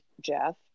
Jeff